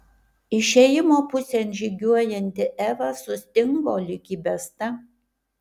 išėjimo pusėn žygiuojanti eva sustingo lyg įbesta